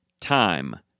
time